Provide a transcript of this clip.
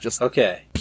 okay